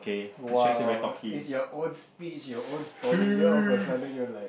!wow! it's your own speech your own story then all of a sudden you're like